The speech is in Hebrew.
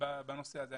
בנושא הזה.